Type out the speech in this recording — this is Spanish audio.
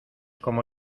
como